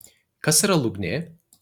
kas yra lūgnė